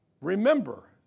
Remember